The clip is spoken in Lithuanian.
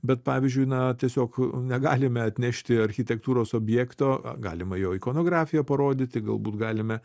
bet pavyzdžiui na tiesiog negalime atnešti architektūros objekto galima jo ikonografiją parodyti galbūt galime